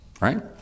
right